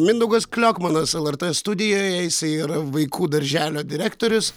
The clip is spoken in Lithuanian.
mindaugas kliokmanas lrt studijoje jisai yra vaikų darželio direktorius